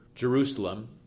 Jerusalem